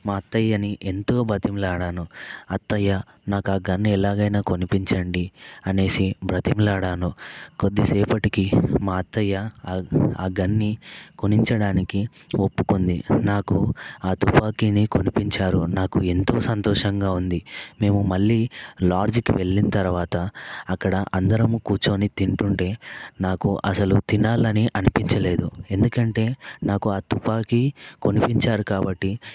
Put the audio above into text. మా అత్తయ్యని ఎంతో బతిమిలాడాను అత్తయ్య నాకు ఆ గన్ ఎలాగైనా కొనిపించండి అనేసి బ్రతిమిలాడాను కొద్దిసేపటికి మా అత్తయ్య ఆ ఆ గన్ని కొనిచడానికి ఒప్పుకుంది నాకు ఆ తుపాకిని కొనిపించారు నాకు ఎంతో సంతోషంగా ఉంది మేము మళ్ళీ లాడ్జికి వెళ్ళిన తర్వాత అక్కడ అందరము కూర్చొని తింటుంటే నాకు అసలు తినాలని అనిపించలేదు ఎందుకంటే నాకు ఆ తుపాకి కొనిపించారు కాబట్టి